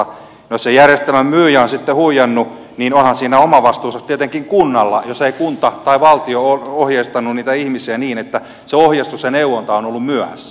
jos se järjestelmän myyjä on huijannut niin onhan siinä oma vastuunsa tietenkin kunnalla jos ei kunta tai valtio ole ohjeistanut niitä ihmisiä vaan se ohjeistus ja neuvonta on ollut myöhässä